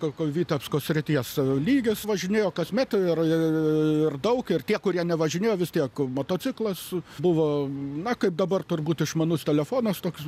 kokios vitebsko srities lygis važinėjo kasmet ir daug ir tie kurie nevažinėjo vis tiek motociklas buvo na kaip dabar turbūt išmanus telefonas toks